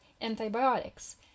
antibiotics